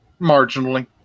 Marginally